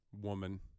woman